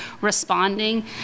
responding